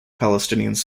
palestinians